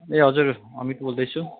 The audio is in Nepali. ए हजुर अमित बोल्दैछु